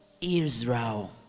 Israel